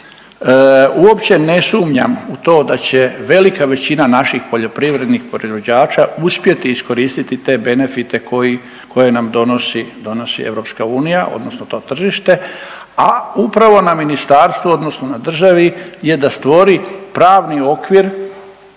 Uopće ne sumnjam u to da će velika većina naših poljoprivrednih proizvođača uspjeti iskoristiti te benefite koje nam donosi EU odnosno to tržište, a upravo na ministarstvo, odnosno na državi je da stvori pravni okvir